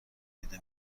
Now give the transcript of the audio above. دیده